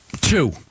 Two